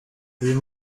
uyu